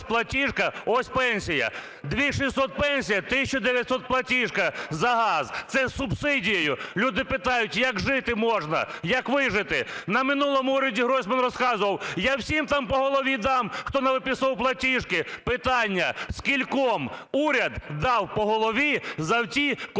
платіжка, ось – пенсія; 2600 – пенсія, 1900 – платіжка за газ, це з субсидією. Люди питають, як жити можна, як вижити. На минулому уряді Гройсман розказував: "Я всім там по голові дам, хто навиписував платіжки". Питання: скільком уряд дав по голові за оті космічні